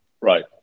Right